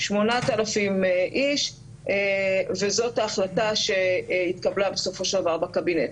8,000 איש וזאת ההחלטה שהתקבלה בסופו של דבר בקבינט.